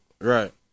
Right